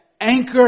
anchor